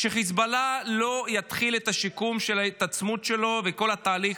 שחיזבאללה לא יתחיל את שיקום ההתעצמות שלו וכל התהליך,